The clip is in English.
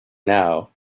now